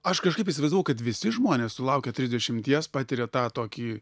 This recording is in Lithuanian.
aš kažkaip įsivaizdavau kad visi žmonės sulaukę trisdešimties patiria tą tokį